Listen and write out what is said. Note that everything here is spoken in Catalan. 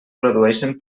produeixen